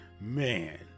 man